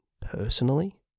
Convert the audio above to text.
personally